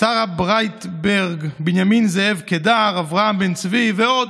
שרה ברייטברג, בנימין זאב קדר, אברהם בן-צבי ועוד,